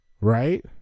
right